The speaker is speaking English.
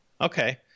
Okay